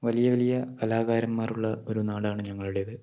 വലിയ വലിയ കലാകാരന്മാരുള്ള ഒരു നാടാണ് ഞങ്ങളുടേത്